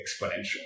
exponential